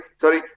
sorry